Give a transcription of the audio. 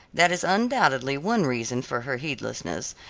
that is undoubtedly one reason for her heedlessness,